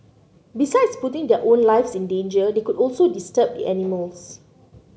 besides putting their own lives in danger they could also disturb the animals